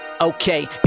okay